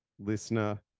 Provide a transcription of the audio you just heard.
Listener